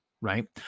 right